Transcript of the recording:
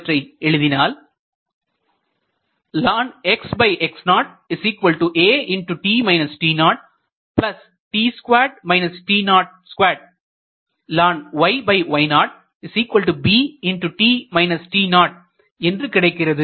இவற்றை எழுதினால் என்று கிடைக்கிறது